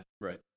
right